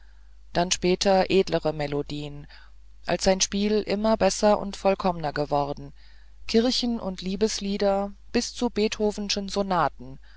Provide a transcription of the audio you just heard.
dann später edlere melodien als sein spiel immer besser und vollkommener geworden kirchen und liebeslieder bis zu beethovenschen sonate